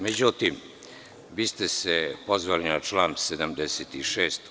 Međutim, vi ste se pozvali na član 76.